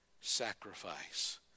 sacrifice